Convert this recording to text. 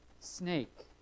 snake